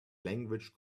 language